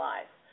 Life